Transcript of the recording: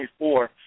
24